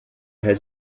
has